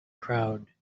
crowd